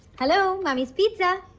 hello mummy's pizza.